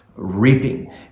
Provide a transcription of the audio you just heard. reaping